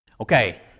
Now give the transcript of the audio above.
Okay